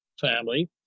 family